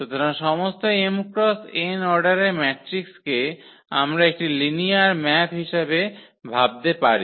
সুতরাং সমস্ত m x n অর্ডারের ম্যাট্রিক্সকে আমরা একটি লিনিয়ার ম্যাপ হিসাবে ভাবতে পারি